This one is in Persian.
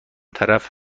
طرف